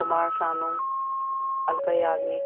Kumar Sanu Alka Yagnik